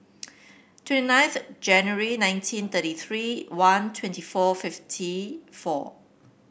twenty ninth January nineteen thirty three one twenty four fifty four